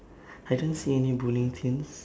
I don't see any bowling things